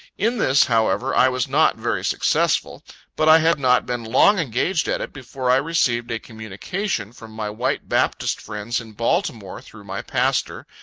in this, however, i was not very successful but i had not been long engaged at it, before i received a communication from my white baptist friends in baltimore, through my pastor,